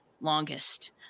longest